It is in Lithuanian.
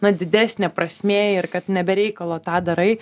na didesnė prasmė ir kad ne be reikalo tą darai